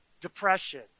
depression